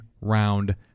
round